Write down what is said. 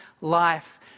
life